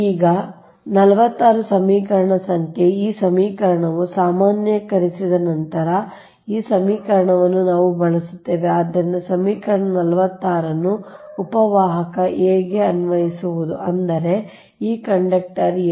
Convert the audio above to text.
ಈಗ ಈ 46 ಸಮೀಕರಣ ಸಂಖ್ಯೆ ಈ ಸಮೀಕರಣವು ಸಾಮಾನ್ಯೀಕರಿಸಿದ ನಂತರ ಈ ಸಮೀಕರಣವನ್ನು ನಾವು ಬಳಸುತ್ತೇವೆ ಆದ್ದರಿಂದ ಸಮೀಕರಣ 46 ಅನ್ನು ಉಪ ವಾಹಕ a ಗೆ ಅನ್ವಯಿಸುವುದು ಅಂದರೆ ಈ ಕಂಡಕ್ಟರ್ 'a'